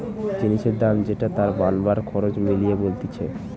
জিনিসের দাম যেটা তার বানাবার খরচ মিলিয়ে বলতিছে